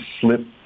slip